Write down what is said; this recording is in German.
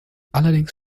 allerdings